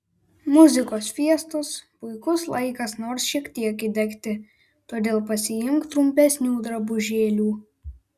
muzikos fiestos puikus laikas nors šiek tiek įdegti todėl pasiimk trumpesnių drabužėlių